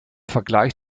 vergleich